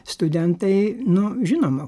studentai nu žinoma